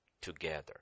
together